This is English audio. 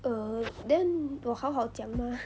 err then 我好好讲 mah